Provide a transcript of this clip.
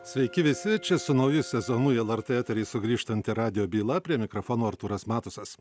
sveiki visi čia su nauju sezonu į lrt eterį sugrįžtanti radijo byla prie mikrofono artūras matusas